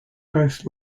both